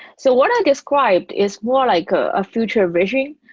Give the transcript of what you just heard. so what i described is what i call a future version,